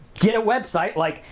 get a website like,